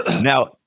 Now